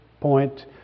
point